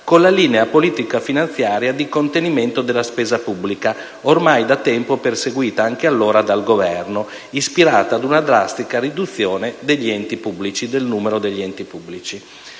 con la linea politico‑finanziaria di contenimento della spesa pubblica ormai da tempo perseguita anche allora dal Governo, ispirata ad una drastica riduzione del numero degli enti pubblici.